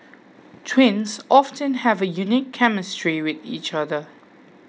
twins often have a unique chemistry with each other